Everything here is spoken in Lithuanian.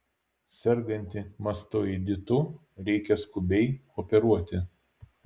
sergantį mastoiditu reikia skubiai operuoti